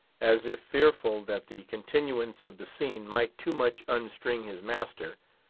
as if fearful that the continuance of the scene might too much unstring his master,